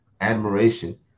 admiration